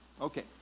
Okay